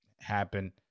happen